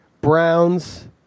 Browns